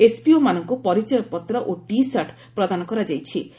ଏସ୍ପିଓମାନଙ୍କୁ ପରିଚୟପତ୍ର ଓ ଟିସାର୍ଟ ପ୍ରଦାନ କରାଯାଇଚି